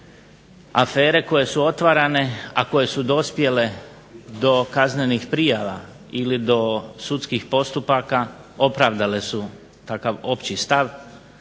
afere koje su otvarane, a koje su dospjele do kaznenih prijava ili do sudskih postupaka opravdale su takav opći stav